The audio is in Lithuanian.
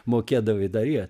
mokėdavai daryt